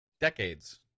decades